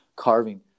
carving